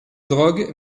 drogue